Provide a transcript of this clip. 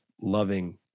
loving